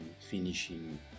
finishing